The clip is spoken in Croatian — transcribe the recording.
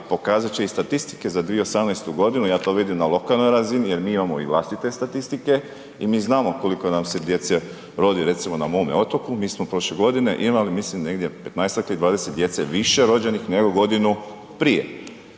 pokazat će i statistike za 2018. g., ja to vidim na lokalnoj razini jer mi imamo vlastite statistike i mi znamo koliko nam se djece rodi, recimo na mome otoku, mi smo prošle godine imali mislim negdje 15-ak ili 20 djece više rođenih nego godinu prije.